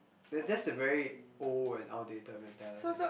that that's a very old and outdated mentality